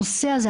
הנושא הזה,